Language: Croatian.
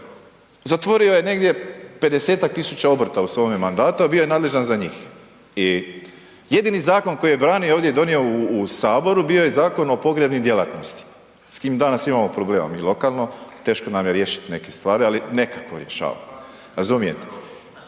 Zatvorio je negdje 50-tak tisuća obrta u svome mandatu, a bio je nadležan za njih i jedini zakon koji je branio ovdje, donio u Saboru, bio je Zakon o pogrebnim djelatnostima. S kim danas imamo problema mi lokalno, teško nam je riješiti neke stvari, ali nekako rješavamo. Razumijete?